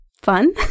fun